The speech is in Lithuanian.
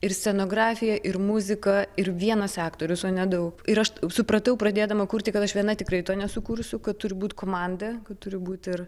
ir scenografija ir muzika ir vienas aktorius o ne daug ir aš supratau pradėdama kurti kad aš viena tikrai to nesukursiu kad turi būt komanda turi būt ir